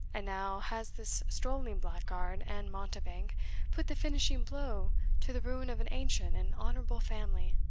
and now has this strolling blackguard and mountebank put the finishing blow to the ruin of an ancient and honourable family!